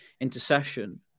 intercession